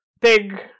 big